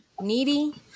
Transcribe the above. needy